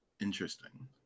Interesting